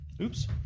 oops